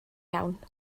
iawn